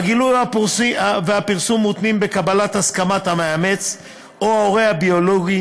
והגילוי או הפרסום מותנים בקבלת הסכמת המאמץ או ההורה הביולוגי.